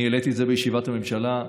אני העליתי את זה בישיבת הממשלה.